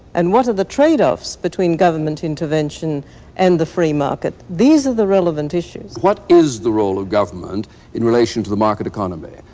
and what are the trade-offs between government intervention and the free market? these are the relevant issues. what is the role of government in relation to the market economy?